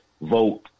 vote